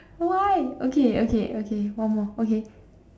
why okay okay okay one more okay